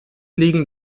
liegen